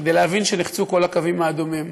כדי להבין שנחצו כל הקווים האדומים.